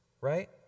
right